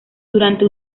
durante